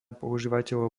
používateľov